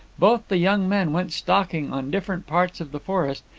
both the young men went stalking on different parts of the forest,